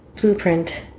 blueprint